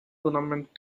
tournament